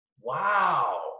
Wow